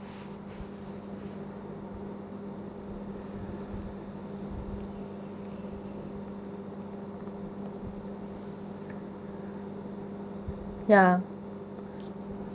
ya